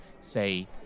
say